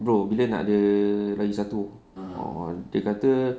bro bila nak ada lagi satu dia kata